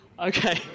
Okay